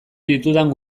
ditudan